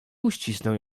uścisnął